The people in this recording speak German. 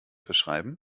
beschreiben